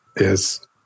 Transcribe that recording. Yes